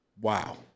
Wow